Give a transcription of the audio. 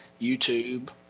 YouTube